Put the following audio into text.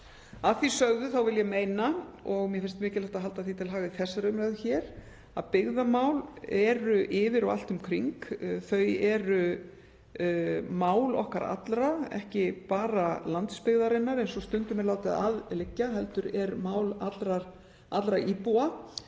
Að því sögðu vil ég meina, og mér finnst mikilvægt að halda því til haga í þessari umræðu hér, að byggðamál séu yfir og allt um kring. Þau eru mál okkar allra, ekki bara landsbyggðarinnar, eins og stundum er látið að liggja, heldur mál allra íbúa,